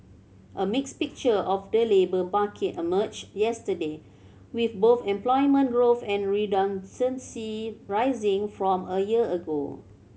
a mixed picture of the labour market emerged yesterday with both employment growth and rising from a year ago